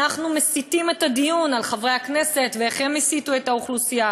אנחנו מסיטים את הדיון על חברי הכנסת ואיך הם הסיתו את האוכלוסייה